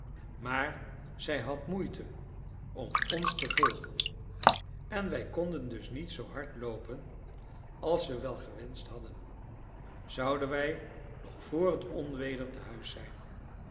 maar zij had moeite om ons te volgen en wij konden dus niet zoo hard loopen als we wel gewenscht hadden zouden wij nog vr het onweder tehuis zijn